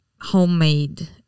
Homemade